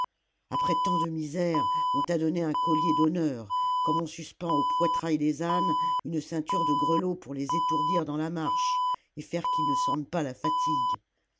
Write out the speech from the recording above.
après tant de misères on t'a donné un collier d'honneur comme on suspend au poitrail des ânes une ceinture de grelots pour les étourdir dans la marche et faire qu'ils ne sentent pas la fatigue